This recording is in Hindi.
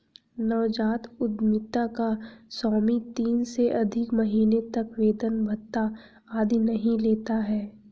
नवजात उधमिता का स्वामी तीन से अधिक महीने तक वेतन भत्ता आदि नहीं लेता है